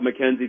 McKenzie